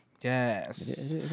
Yes